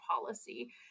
policy